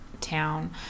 town